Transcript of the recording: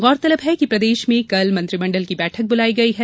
गौरतलब है कि प्रदेश में कल मंत्रिमंडल की बैठक बुलाई गई है